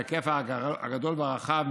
בהיקף הגדול והרחב,